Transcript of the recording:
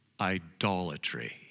idolatry